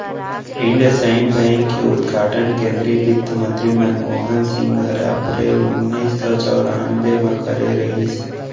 IndusInd bank के उद्घाटन केन्द्रीय बित्तमंतरी मनमोहन सिंह हर अपरेल ओनाइस सौ चैरानबे म करे रहिस